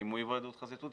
ישיבה בהיוועדות חזותית,